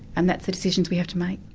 and that's the decisions we have to make.